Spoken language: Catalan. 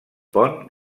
pont